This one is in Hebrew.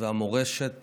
והמורשת